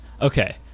Okay